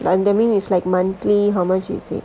is like monthly how much is it